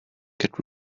get